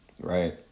Right